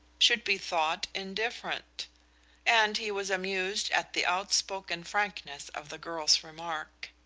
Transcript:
should be thought indifferent and he was amused at the outspoken frankness of the girl's remark.